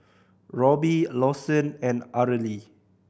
Robby Lawson and Arely